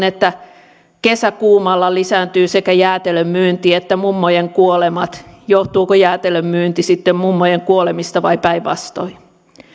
että kesäkuumalla lisääntyvät sekä jäätelön myynti että mummojen kuolemat johtuuko jäätelön myynti sitten mummojen kuolemista vai päinvastoin